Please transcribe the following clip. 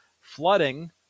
flooding